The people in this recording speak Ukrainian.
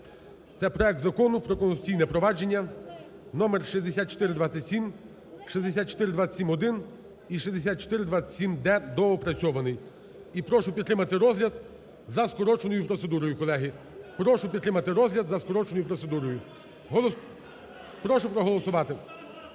Це проект Закону про Конституційне провадження (№ 6427, 6427-1 і 6427-д (доопрацьований). І прошу підтримати розгляд за скороченою процедурою, колеги. Прошу підтримати